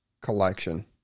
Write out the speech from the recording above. Collection